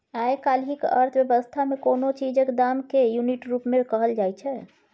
आइ काल्हिक अर्थ बेबस्था मे कोनो चीजक दाम केँ युनिट रुप मे कहल जाइ छै